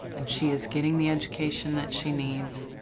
and she is getting the education that she needs.